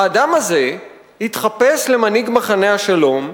האדם הזה התחפש למנהיג מחנה השלום,